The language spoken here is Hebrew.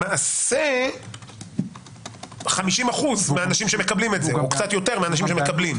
ולמעשה 50% מהאנשים שמקבלים את זה או קצת יותר מהאנשים שמקבלים.